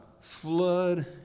flood